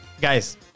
Guys